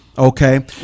Okay